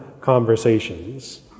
conversations